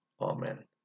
Amen